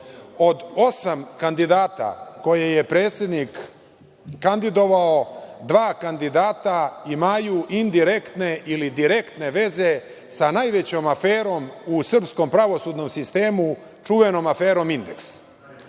Od osam kandidata koje je predsednik kandidovao, dva kandidata imaju indirektne ili direktne veze sa najvećom aferom u srpskom pravosudnom sistemu, čuvenom aferom